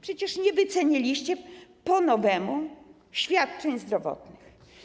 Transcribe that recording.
Przecież nie wyceniliście po nowemu świadczeń zdrowotnych.